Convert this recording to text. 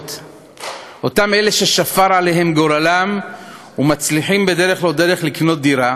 אותם אלה ששפר עליהם גורלם ומצליחים בדרך-לא-דרך לקנות דירה,